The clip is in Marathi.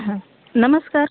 हां नमस्कार